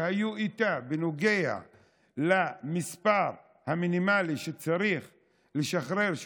שהיו איתה בנוגע למספר המינימלי שצריך לשחרר,